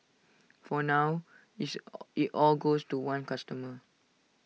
for now it's IT all goes to one customer